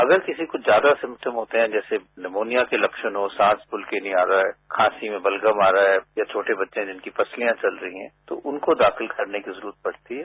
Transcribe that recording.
अगर किसी को ज्यादा सिम्टम होते है जैसे निमोनिया के लक्षण हो सांस खुलकर नहीं आ रहा है खांसी में बलगम आ रहा है या छोटे बच्चे है जिनकी पसलियां चल रही है तो उनको दाखिल करने की जरूरत पड़ती है